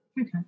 Okay